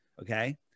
Okay